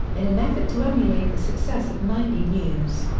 in an effort to emulate the success of nightly news.